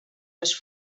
les